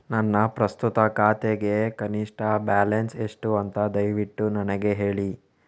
ನನ್ನ ಪ್ರಸ್ತುತ ಖಾತೆಗೆ ಕನಿಷ್ಠ ಬ್ಯಾಲೆನ್ಸ್ ಎಷ್ಟು ಅಂತ ದಯವಿಟ್ಟು ನನಗೆ ಹೇಳಿ